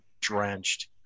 drenched